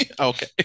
Okay